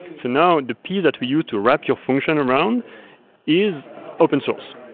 so now and the piece that we use to wrap your function around is open source,